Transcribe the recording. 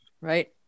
right